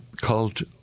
called